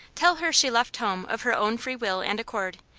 tell her she left home of her own free will and accord,